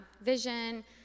vision